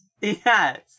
Yes